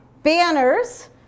banners